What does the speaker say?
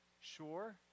sure